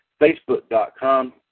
facebook.com